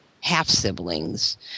half-siblings